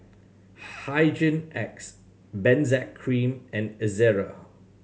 Hygin X Benzac Cream and Ezerra